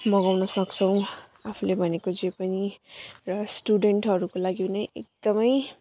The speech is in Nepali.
मँगाउन सक्छौँ आफूले भनेको जे पनि र स्टुडेन्टहरूको लागि पनि एकदमै